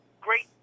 great